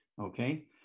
Okay